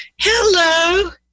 Hello